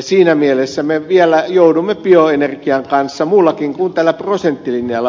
siinä mielessä me vielä joudumme bioenergian kanssa muullakin kuin tällä prosenttilinjalla ongelmiin